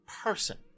person